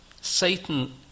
Satan